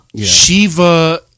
Shiva